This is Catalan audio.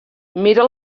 mira